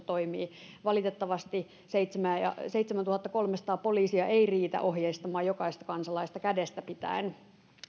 toimii valitettavasti seitsemäntuhattakolmesataa poliisia ei riitä ohjeistamaan jokaista kansalaista kädestä pitäen